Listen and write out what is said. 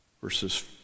Verses